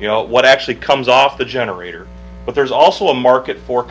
you know what actually comes off the generator but there's also a market for